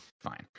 fine